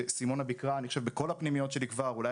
אני חושב שסימונה ביקרה בכל הפנימיות שלי כבר - אולי